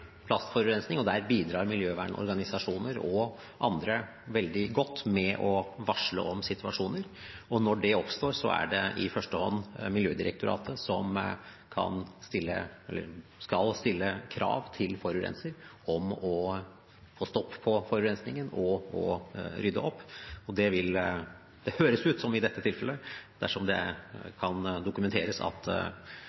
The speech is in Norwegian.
plastforurensning, og der bidrar miljøvernorganisasjoner og andre veldig godt med å varsle om situasjoner. Når de oppstår, er det i første hånd Miljødirektoratet som skal stille krav til forurenser om å få stopp på forurensningen og rydde opp, og i dette tilfellet, dersom det kan dokumenteres at denne bedriften er forurensningskilden, høres det ut som om det vil være det